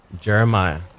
Jeremiah